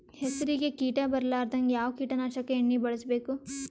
ಹೆಸರಿಗಿ ಕೀಟ ಬರಲಾರದಂಗ ಯಾವ ಕೀಟನಾಶಕ ಎಣ್ಣಿಬಳಸಬೇಕು?